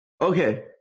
okay